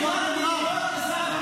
הוא גר במע'אר.